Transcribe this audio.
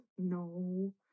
No